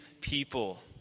people